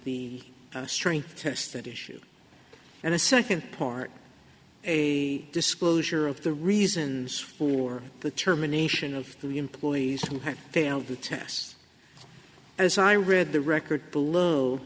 the strength test that issue and the second part a disclosure of the reasons for the term a nation of three employees who had failed the test as i read the record below